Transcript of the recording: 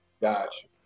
Gotcha